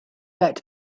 back